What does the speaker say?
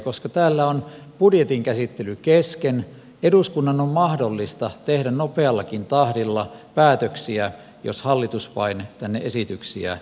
koska täällä on budjetin käsittely kesken eduskunnan on mahdollista tehdä nopeallakin tahdilla päätöksiä jos hallitus vain tänne esityksiä tuo